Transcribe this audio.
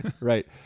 Right